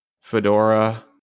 fedora